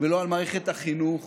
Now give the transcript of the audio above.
ולא על מערכת החינוך